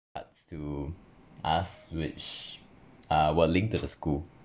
cards to us which uh were linked to the school